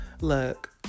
look